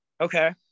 Okay